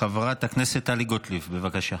חברת הכנסת טלי גוטליב, בבקשה.